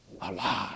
alive